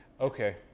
Okay